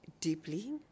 deeply